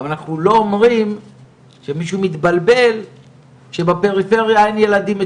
אבל אנחנו לא אומרים שמישהו מתבלבל שבפריפריה אין ילדים מצוינים,